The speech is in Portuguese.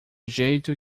jeito